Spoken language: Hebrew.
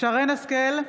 שרן מרים השכל,